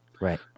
Right